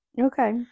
okay